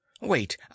Wait